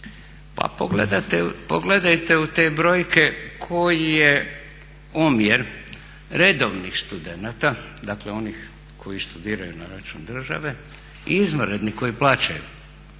Pa pogledajte u te brojke koji je omjer redovnih studenata, dakle onih koji studiraju na račun države i izvanrednih koji plaćaju.